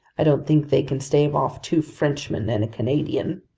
i don't think they can stave off two frenchmen and a canadian!